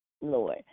Lord